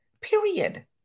period